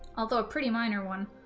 although a pretty minor one